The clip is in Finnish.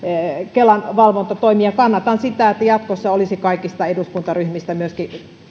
kelan valvonta toimii ja kannatan sitä että jatkossa olisi kaikista eduskuntaryhmistä myöskin